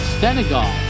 Senegal